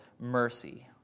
mercy